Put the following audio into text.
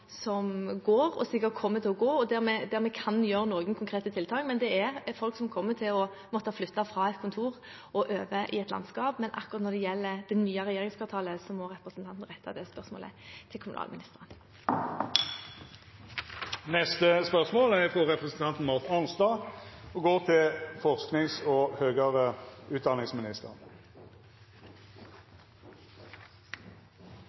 og som sikkert kommer til å pågå. Vi kan gjøre noen konkrete tiltak der, men det er folk som kommer til å måtte flytte fra et kontor og over i et landskap. Men akkurat når det gjelder det nye regjeringskvartalet, må representanten rette det spørsmålet til kommunalministeren. Mitt spørsmål går til forsknings- og høyere utdanningsministeren: «Sikkerhetsmyndighetene har uttrykt sterk bekymring over mangelen på IT-kompetanse til